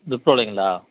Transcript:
விப்ரோலிங்களா